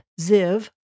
Ziv